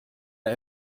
der